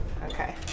Okay